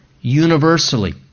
universally